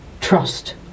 trust